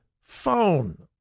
phone